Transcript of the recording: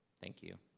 thank you.